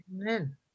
Amen